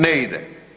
Ne ide.